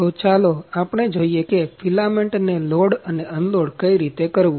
તો ચાલો આપણે જોઈએ કે ફિલામેન્ટને લોડ અને અનલોડ કઈ રીતે કરવું